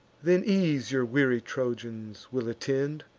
then ease your weary trojans will attend,